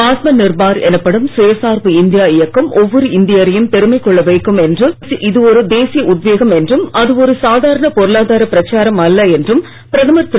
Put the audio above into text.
ஆத்ம நிர்பார் எனப்படும் சுயசார்பு இந்தியா இயக்கம் ஒவ்வொரு இந்தியரையும் பெருமை கொள்ள வைக்கும் ஒரு தேசிய உத்வேகம் என்றும் அது ஒரு சாதாரண பொருளாதார பிரச்சாரம் அல்ல என்றும் பிரதமர் திரு